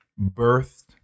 birthed